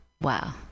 Wow